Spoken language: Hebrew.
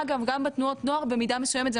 אגב גם בתנועות הנוער במידה מסוימת זה